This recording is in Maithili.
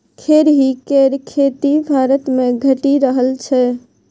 खेरही केर खेती भारतमे घटि रहल छै